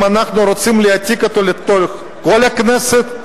האם אנחנו רוצים להעתיק אותה לכל הכנסת?